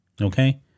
Okay